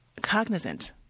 cognizant